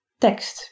tekst